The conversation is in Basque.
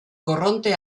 korronte